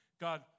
God